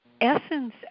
essence